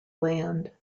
land